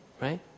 Right